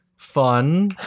fun